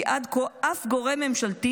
כי עד כה אף גורם ממשלתי